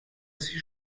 sie